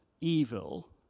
evil